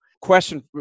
question